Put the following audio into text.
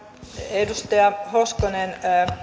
edustaja hoskonen